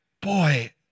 boy